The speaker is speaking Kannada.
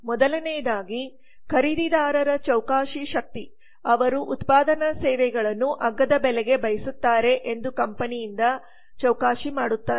ಮೊದಲನೆಯದಾಗಿಖರೀದಿದಾರರ ಚೌಕಾಶಿ ಶಕ್ತಿ ಅವರು ಉತ್ಪಾದನಾ ಸೇವೆಗಳನ್ನು ಅಗ್ಗದ ಬೆಲೆಗೆ ಬಯಸುತ್ತಾರೆ ಎಂದು ಕಂಪನಿಯಿಂದ ಚೌಕಾಶಿ ಮಾಡುತ್ತಾರೆ